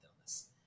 illness